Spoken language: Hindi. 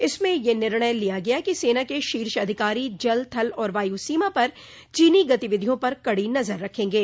इसमें यह निर्णय लिया गया कि सेना के शीर्ष अधिकारी जल थल और वायु सीमा पर चीनी गतिविधियों पर कड़ी नजर रखेंगे